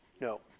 No